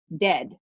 dead